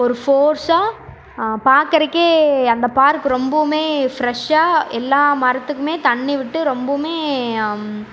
ஒரு ஃபோர்ஸாக பார்க்கறக்கே அந்த பார்க் ரொம்பவுமே ஃப்ரெஷ்ஷாக எல்லா மரத்துக்குமே தண்ணி விட்டு ரொம்பவுமே